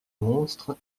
monstres